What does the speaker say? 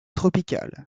tropical